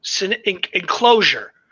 enclosure